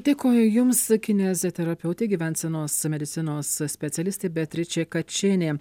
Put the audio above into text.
dėkoju jums kineziterapeutė gyvensenos medicinos specialistė beatričė kačėnė